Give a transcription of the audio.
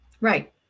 Right